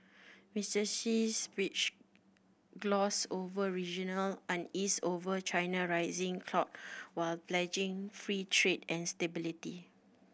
Mister Xi's speech glossed over regional unease over China rising clout while pledging free trade and stability